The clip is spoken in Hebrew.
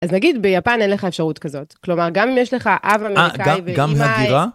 אז נגיד ביפן אין לך אפשרות כזאת כלומר גם עם יש לך אב אמריקאי ואמא אה...